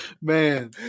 Man